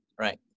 right